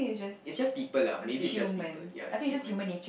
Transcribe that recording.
is just people lah maybe is just people ya ya humans